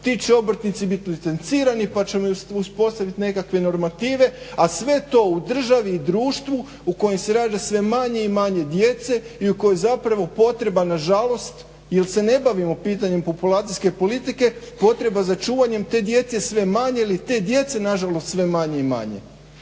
ti će obrtnici biti licencirani pa ćemo uspostaviti nekakve normative, a sve to u državi i društvu u kojem se rađa sve manje i manje djece i u kojoj zapravo potreba nažalost, jel se ne bavimo pitanjem populacijske politike, potreba za čuvanjem te djece sve manje, jer je te djece nažalost sve manje i manje.